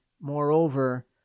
moreover